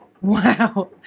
Wow